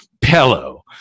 pillow